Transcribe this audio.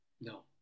No